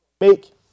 Make